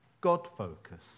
God-focused